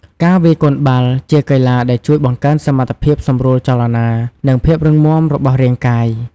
ការវាយកូនបាល់ ជាកីឡាដែលជួយបង្កើនសមត្ថភាពសម្រួលចលនា និងភាពរឹងមាំរបស់រាងកាយ។